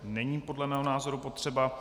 Není podle mého názoru potřeba.